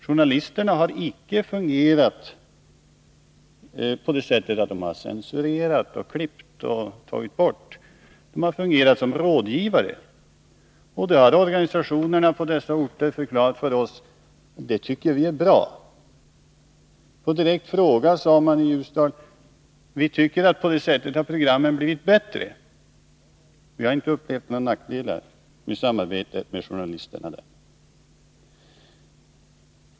Journalisterna har icke fungerat på det sättet att de har censurerat och klippt och tagit bort, utan de har fungerat som rådgivare. Organisationerna på dessa orter har förklarat för oss att de tycker detta är bra. På en direkt fråga svarade man i Ljusdal: Vi tycker att programmen på det sättet har blivit bättre. Vi har inte upplevt några nackdelar vid'samarbetet med journalisterna.